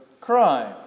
crime